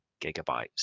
gigabytes